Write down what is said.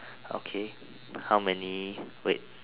okay how many wait